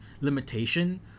limitation